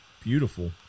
beautiful